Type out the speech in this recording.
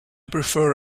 prefer